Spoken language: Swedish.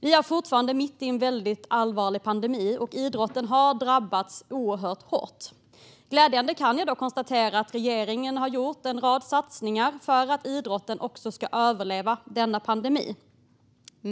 Vi är fortfarande mitt i en allvarlig pandemi, och idrotten har drabbats oerhört hårt. Det är dock glädjande att konstatera att regeringen har gjort en rad satsningar för att idrotten ska överleva denna pandemi.